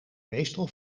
meestal